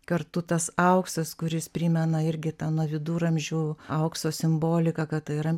kartu tas auksas kuris primena irgi tą nuo viduramžių aukso simboliką kad tai yra